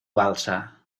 balsa